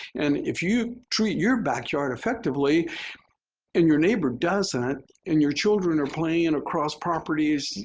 and if you treat your backyard effectively and your neighbor doesn't and your children are playing and across properties, you